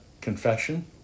confession